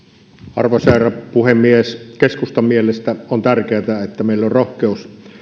arvoisa herra puhemies keskustan mielestä on tärkeätä että meillä on rohkeus